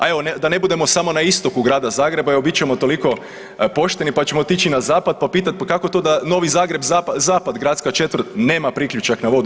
A evo da ne budemo samo na istoku Grada Zagreba, evo bit ćemo toliko pošteni, pa ćemo otići na zapad pa pitat pa kako to da Novi Zagreb, Zapad gradska četvrt nema priključak na vodu.